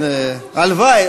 הלוואי.